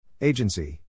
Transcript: Agency